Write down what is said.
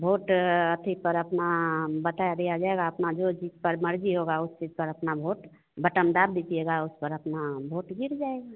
vote अथी पर अपना बता दिया जाएगा अपना जो जिस पर मर्ज़ी होगी उसी पर अपना वोट बटम दाब दीजिएगा उस पर अपना वोट गिर जाएगा